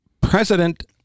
president